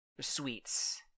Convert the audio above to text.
Sweets